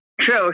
True